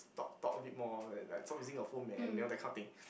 talk talk a bit more like like stop using your man you know that kind of thing